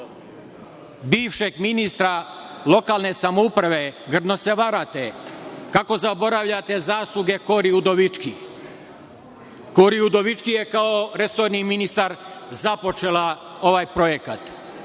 bivšeg ministra lokalne samouprave, grdno se varate. Kako zaboravljate zasluge Kori Udovički? Kori Udovički je kao resorni ministar započela ovaj projekat,